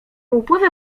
upływie